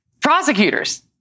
prosecutors